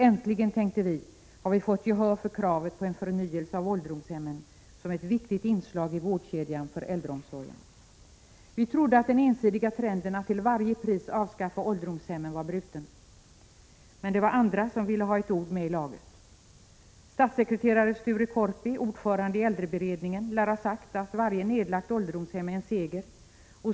Äntligen, tänkte vi, har vi fått gehör för kravet på en förnyelse av ålderdomshemmen som ett viktigt inslag i vårdkedjan för äldreomsorgen. Vi trodde att den ensidiga trenden att till varje pris avskaffa ålderdomshemmen var bruten. Men det var andra som ville ha ett ord med i laget. Statssekreterare Sture Korpi, ordförande i äldreberedningen, lär ha sagt att varje nedlagt ålderdomshem är en seger.